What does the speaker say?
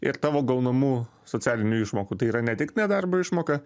ir tavo gaunamų socialinių išmokų tai yra ne tik nedarbo išmoka